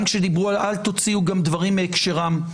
גם אל תוציאו דברים מהקשרם.